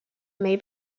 may